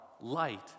light